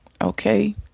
okay